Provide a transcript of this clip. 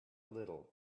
little